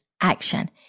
action